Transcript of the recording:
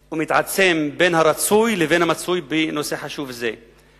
בין הרצוי לבין המצוי בנושא חשוב זה הולך ומתעצם.